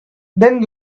then